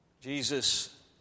Jesus